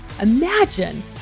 Imagine